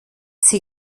sie